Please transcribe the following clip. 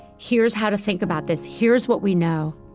here's how to think about this. here's what we know.